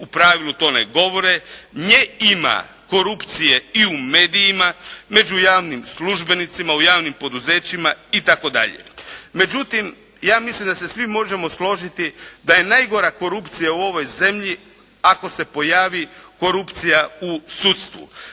u pravilu to ne govore, nje ima, korupcije i u medijima, među javnim službenicima u javnim poduzećima itd. Međutim, ja mislim da se svi možemo složiti da je najgora korupcija u ovoj zemlji, ako se pojavi korupcija u sudstvu.